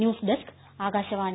news desk Akashvani